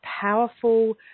powerful